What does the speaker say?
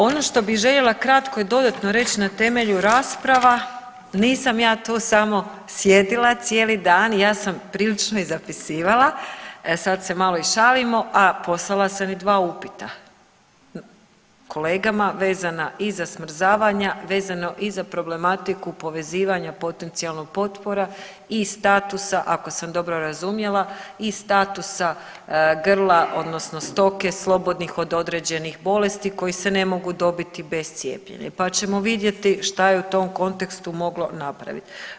Ono što bi željela kratko i dodatno reći na temelju rasprava, nisam ja tu samo sjedila cijeli dan, ja sam prilično i zapisivala, sad se malo i šalimo, a poslala sam i dva upita kolegama vezana iza smrzavanja, vezano i za problematiku povezivanja potencijalno potpora i statusa ako sam dobro razumjela i statusa grla odnosno stoke slobodnih od određenih bolesti koje se ne mogu dobiti bez cijepljenja, pa ćemo vidjeti šta je u tom kontekstu moglo napravit.